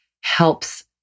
helps